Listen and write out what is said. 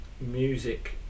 music